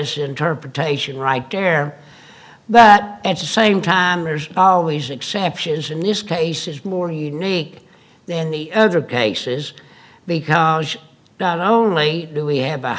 its interpretation right there but at the same time there's always exceptions and this case is more unique than the other cases because not only do we have a